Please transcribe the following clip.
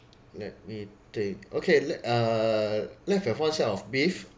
let me think okay let uh let's have one set of beef